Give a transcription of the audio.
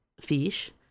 fish